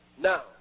Now